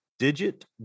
Digit